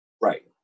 right